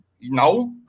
no